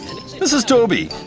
this is toby!